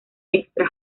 extra